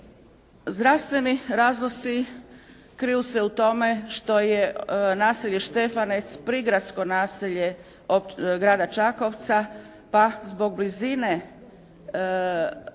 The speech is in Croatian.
Zdravstveni razlozi kriju se u tome što je naselje Štefanec prigradsko naselje Grada Čakovca pa zbog blizine samog